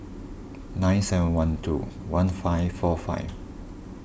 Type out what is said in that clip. nine seven one two one five four five